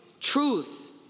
truth